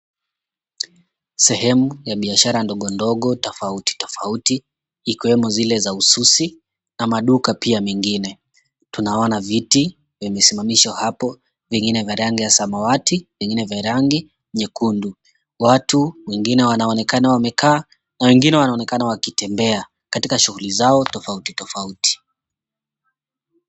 Sehemu ya biashara ndogondogo tofauti tofauti, ikiwemo zile za ususi ama duka pia mengine. Tunaona viti vimesimamishwa hapo, vingine vya rangi ya samawati, vingine vya rangi nyekundu. Watu wengine wanaonekana wamekaa na wengine wanaonekana wakitembea katika shughuli zao tofauti tofauti.